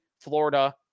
Florida